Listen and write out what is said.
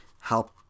help